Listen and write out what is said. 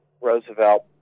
Roosevelt